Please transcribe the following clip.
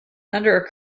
under